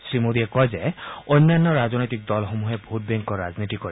শ্ৰী মোদীয়ে কয় যে অন্যান্য ৰাজনৈতিক দলসমূহে ভোট বেংকৰ ৰাজনীতি কৰে